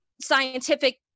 scientific